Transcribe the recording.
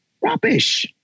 rubbish